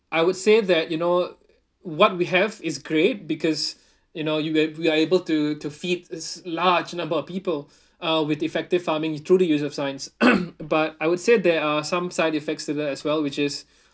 I would say that you know what we have is great because you know you are we are be able to to feed s~ large number of people uh with effective farming through the use of science but I would say there are some side effects to that as well which is